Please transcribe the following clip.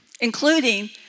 including